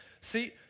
See